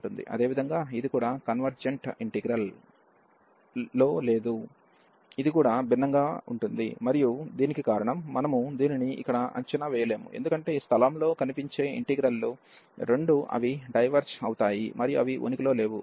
అదే విధంగా ఇది కూడా కన్వెర్జెన్ట్ ఇంటిగ్రల్ లో లేదు ఇది కూడా భిన్నంగా ఉంటుంది మరియు దీనికి కారణం మనము దీనిని ఇక్కడ అంచనా వేయలేము ఎందుకంటే ఈ స్థలంలో కనిపించే ఇంటిగ్రల్ లు రెండూ అవి డైవెర్జ్ అవుతాయి మరియు అవి ఉనికిలో లేవు